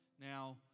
Now